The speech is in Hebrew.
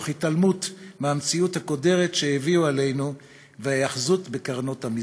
תוך התעלמות מהמציאות הקודרת שהביאו עלינו והיאחזות בקרנות המזבח.